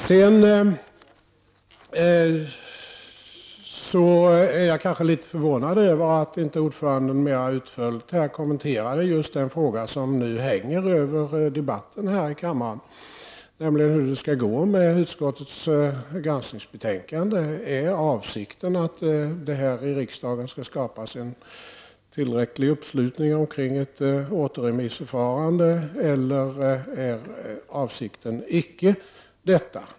Jag är kanske litet förvånad över att ordföranden inte mer utförligt kommenterade just den fråga som nu hänger över debatten här i kammaren, nämligen hur det skall gå med utskottets granskningsbetänkande. Är avsik ten att det här i riksdagen skall skapas en tillräcklig uppslutning omkring ett återremissförfarande eller är avsikten icke denna?